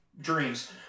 dreams